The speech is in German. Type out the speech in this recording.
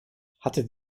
hatte